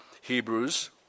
Hebrews